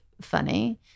funny